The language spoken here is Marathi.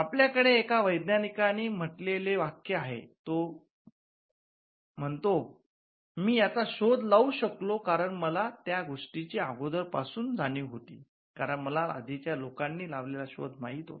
आपल्याकडे एका वैज्ञानिकांनी म्हटलेले वाक्य आहे तो म्हणतो 'मी याचा शोध लावू शकलो कारण मला त्या गोष्टींची अगोदर पासून जाणीव होती कारण मला आधीच्या लोकांनी लावलेला शोध माहित होता